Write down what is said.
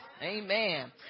Amen